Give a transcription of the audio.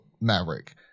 Maverick